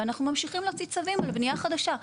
ואנחנו ממשיכים להוציא צווים על בנייה חדשה,